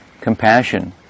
compassion